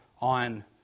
on